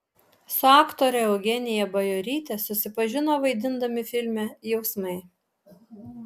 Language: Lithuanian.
su aktore eugenija bajoryte susipažino vaidindami filme jausmai